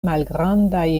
malgrandaj